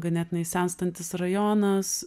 ganėtinai senstantis rajonas